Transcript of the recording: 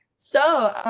so,